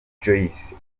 rejoice